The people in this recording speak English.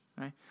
right